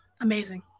amazing